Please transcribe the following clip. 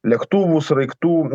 lėktuvų sraigtų